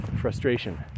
frustration